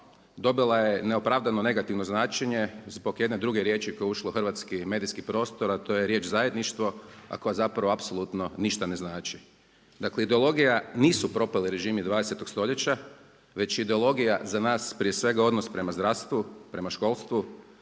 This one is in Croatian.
dobila je neopravdano negativno značenje zbog jedne druge riječi koja je ušla u hrvatski medijski prostor, a to je riječ zajedništvo, a koja apsolutno ništa ne znači. Dakle ideologija nisu propali režimi 20. stoljeća, već je ideologija za nas prije svega odnos prema zdravstvu, prema školstvu,